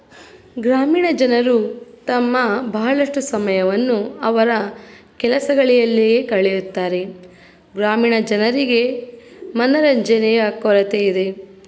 ಗ್ರಾಮೀಣ ಜನರು ತಮ್ಮ ಬಹಳಷ್ಟು ಸಮಯವನ್ನು ಅವರ ಕೆಲಸಗಳಲ್ಲಿಯೇ ಕಳೆಯುತ್ತಾರೆ ಗ್ರಾಮೀಣ ಜನರಿಗೆ ಮನರಂಜನೆಯ ಕೊರತೆ ಇದೆ